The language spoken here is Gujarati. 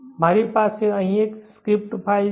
મારી પાસે અહીં એક સ્ક્રિપ્ટ ફાઇલ છે